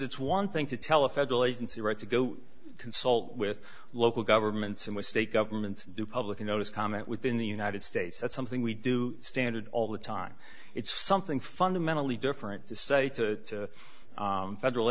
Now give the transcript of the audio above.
it's one thing to tell a federal agency right to go consult with local governments and state governments do public notice comment within the united states that's something we do standard all the time it's something fundamentally different to say to federal